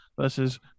versus